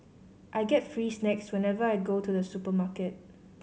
I get free snacks whenever I go to the supermarket